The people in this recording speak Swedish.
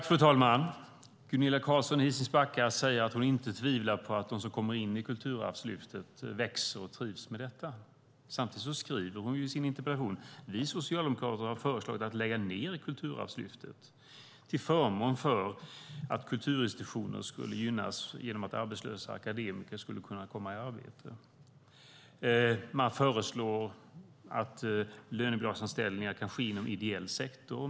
Fru talman! Gunilla Carlsson i Hisings Backa säger att hon inte tvivlar på att de som kommer in i Kulturarvslyftet växer och trivs med detta. Samtidigt skriver hon i sin interpellation: "Vi socialdemokrater har föreslagit att lägga ned Kulturarvslyftet" - till förmån för att kulturinstitutioner skulle gynnas genom att arbetslösa akademiker skulle kunna komma i arbete. Man föreslår också lönebidragsanställningar inom ideell sektor.